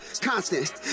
constant